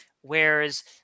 whereas